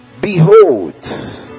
behold